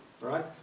right